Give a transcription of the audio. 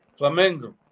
Flamengo